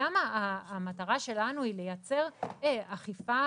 המטרה שלנו היא לייצר אכיפה